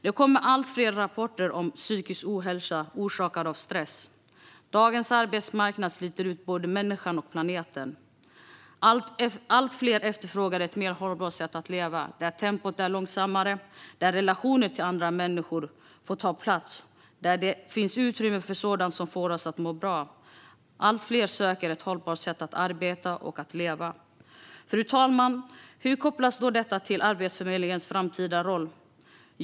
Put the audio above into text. Det kommer allt fler rapporter om psykisk ohälsa orsakad av stress. Dagens arbetsmarknad sliter ut både människan och planeten. Allt fler efterfrågar ett mer hållbart sätt att leva, där tempot är långsammare, där relationer till andra människor får ta plats och där det finns utrymme för sådant som får oss att må bra. Allt fler söker ett hållbart sätt att arbeta och att leva. Fru talman! Hur kopplas då detta till Arbetsförmedlingens framtida roll?